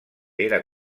era